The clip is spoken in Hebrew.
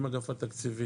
עם אגף התקציבים,